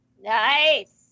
Nice